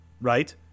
Right